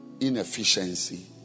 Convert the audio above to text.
inefficiency